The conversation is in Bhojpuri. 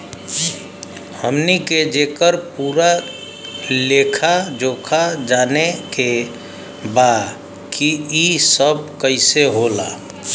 हमनी के जेकर पूरा लेखा जोखा जाने के बा की ई सब कैसे होला?